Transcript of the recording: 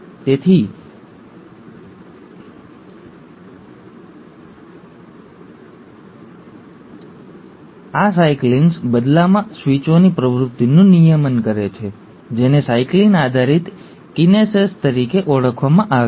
તેથી આ સાયક્લિન્સ બદલામાં સ્વીચોની પ્રવૃત્તિનું નિયમન કરે છે જેને સાયક્લિન આધારિત કિનેસેસ તરીકે ઓળખવામાં આવે છે